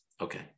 Okay